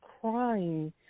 crying